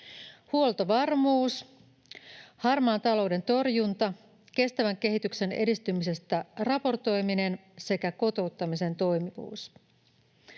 huoltovarmuus, harmaan talouden torjunta, kestävän kehityksen edistymisestä raportoiminen sekä kotouttamisen toimivuus.